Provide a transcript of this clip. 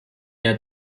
der